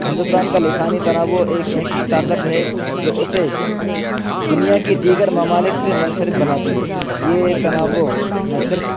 ہندوستان کا لسانی تنوع ایک ایسی طاقت ہے جو اسے دنیا کی دیگر ممالک سے منفرد بناتی ہے یہ تنوع نہ صرف